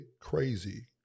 crazy